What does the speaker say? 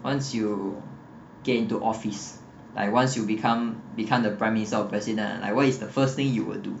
once you get into office like once you become become the prime minister or president like what is the first thing you will do